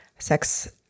sex